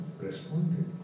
responded